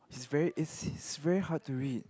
he's very is he's very hard to read